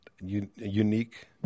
unique